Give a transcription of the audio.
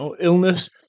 illness